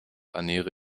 ernähre